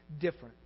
different